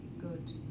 good